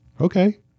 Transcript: Okay